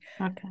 Okay